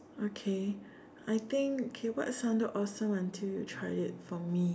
okay I think K what sounded awesome until you tried it for me